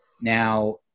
Now